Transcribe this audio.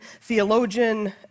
theologian